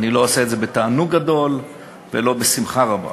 אני לא עושה את זה בתענוג גדול ולא בשמחה רבה.